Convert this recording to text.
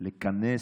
הראשון.